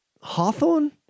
hawthorne